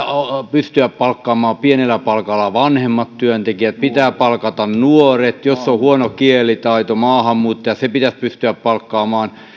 pystyä palkkaamaan pienellä palkalla vanhemmat työntekijät pitää palkata nuoret jos on huono kielitaito maahanmuuttajat sen pitäisi pystyä palkkaamaan